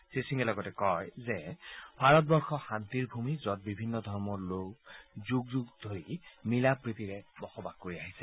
শ্ৰীসিঙে লগতে কয় যে ভাৰতবৰ্ষ শান্তিৰ ভ়মি য'ত বিভিন্ন ধৰ্মৰ লোক যুগ যুগ ধৰি মিলাপ্ৰীতিৰে বসবাস কৰি আহিছে